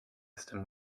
system